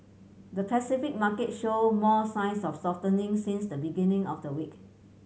the Pacific market showed more signs of softening since the beginning of the week